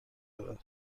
ببر